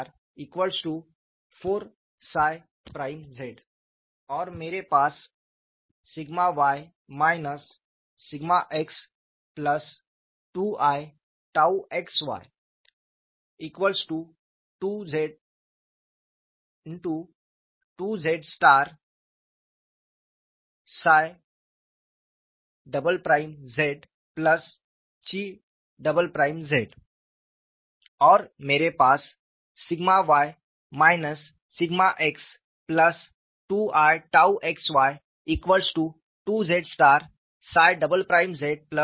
और मेरे पास σy σx2i𝝉xy2z𝜳″z𝛘 ″z